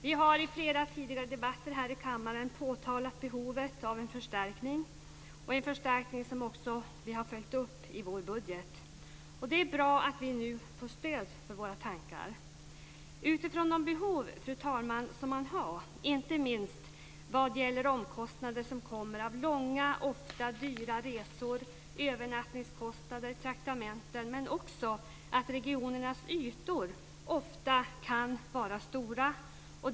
Vi har i flera tidigare debatter här i kammaren påtalat behovet av en förstärkning - en förstärkning som vi också har följt upp i vår budget. Det är bra att vi nu får stöd för våra tankar. Fru talman! Det finns behov, inte minst vad gäller omkostnader som kommer av långa och ofta dyra resor, övernattningskostnader och traktamenten men också beroende på att regionernas ytor ofta är stora.